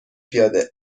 پیاده